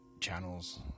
channels